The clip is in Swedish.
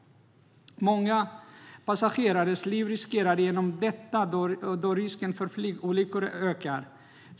Många passagerares liv riskeras genom detta, då risken för flygplansolyckor ökar.